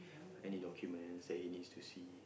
any documents that he needs to see